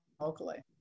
locally